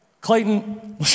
Clayton